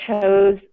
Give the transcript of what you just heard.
chose